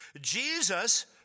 Jesus